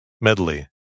Medley